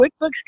QuickBooks